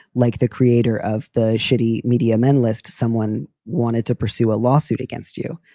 like the creator of the shitty media men list, someone wanted to pursue a lawsuit against you.